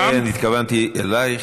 כן, התכוונתי אלייך,